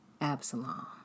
Absalom